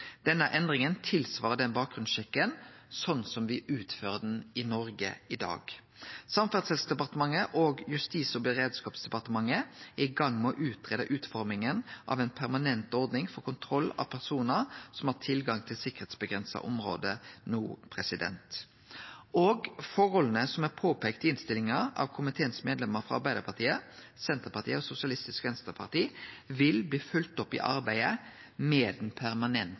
Denne endringa er tilsvarande den bakgrunnssjekken me utfører i Noreg i dag. Samferdselsdepartementet og Justis- og beredskapsdepartementet er i gang med å greie ut utforminga av ei permanent ordning for kontroll av personar som har tilgang til sikkerheitsavgrensa område no. Forholda som er påpeikte i innstillinga av komiteens medlemar frå Arbeidarpartiet, Senterpartiet og Sosialistisk Venstreparti, vil bli følgde opp i arbeidet med